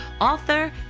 author